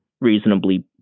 reasonably